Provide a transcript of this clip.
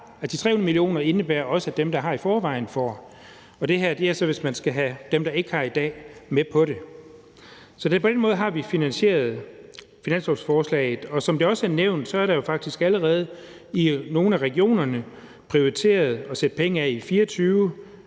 at de 300 mio. kr. også omfatter dem, der i forvejen har en. Det her handler så om, at man skal have dem, der ikke har i dag, med. Så på den måde har vi finansieret det i finanslovsforslaget. Som det også er nævnt, er det jo faktisk allerede i nogle af regionerne prioriteret at sætte penge af i 2024,